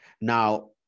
Now